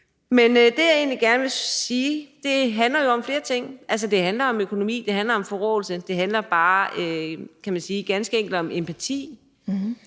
Men det, jeg egentlig gerne vil sige, handler jo om flere ting. Det handler om økonomi. Det handler om forråelse. Det handler bare, kan man sige, ganske enkelt om empati